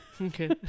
Okay